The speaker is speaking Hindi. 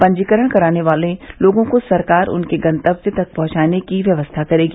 पंजीकरण कराने वाले लोगों को सरकार उनके गंतव्य स्थान तक पहुंचाने की व्यवस्था करेगी